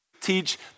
teach